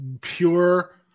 pure